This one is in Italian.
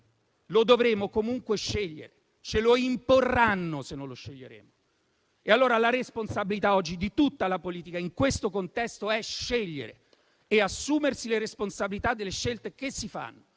Lo dovremo comunque scegliere, ce lo imporranno se non lo sceglieremo. Allora oggi la responsabilità di tutta la politica in questo contesto è scegliere e assumersi le responsabilità delle scelte che si fanno.